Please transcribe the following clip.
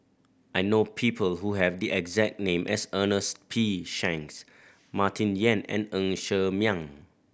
I know people who have the exact name as Ernest P Shanks Martin Yan and Ng Ser Miang